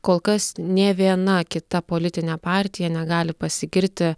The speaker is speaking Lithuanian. kol kas nė viena kita politinė partija negali pasigirti